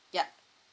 yup